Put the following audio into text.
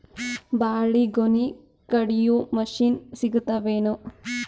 ಬಾಳಿಗೊನಿ ಕಡಿಯು ಮಷಿನ್ ಸಿಗತವೇನು?